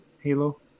Halo